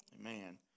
amen